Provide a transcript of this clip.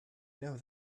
know